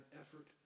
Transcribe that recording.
effort